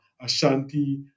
Ashanti